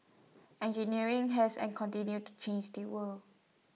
engineering has and continues to change the world